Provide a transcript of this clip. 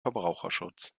verbraucherschutz